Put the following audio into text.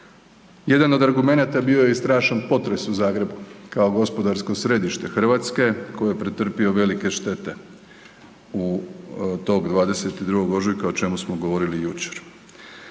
Jedan od argumenata bio je i strašan potres u Zagrebu kao gospodarsko središte RH koji je pretrpio velike štete tog 22. ožujka o čemu smo govorili jučer.